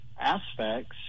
aspects